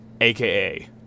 aka